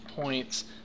points